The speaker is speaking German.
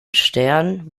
stern